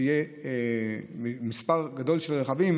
כשיהיה מספר גדול של רכבים,